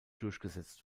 durchgesetzt